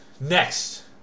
next